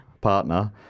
Partner